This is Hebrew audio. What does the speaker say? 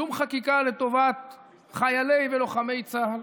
שום חקיקה לטובת חיילי ולוחמי צה"ל,